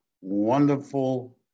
Wonderful